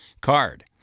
card